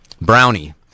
Brownie